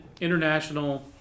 international